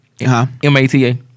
M-A-T-A